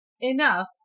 enough